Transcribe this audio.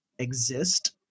exist